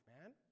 man